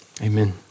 amen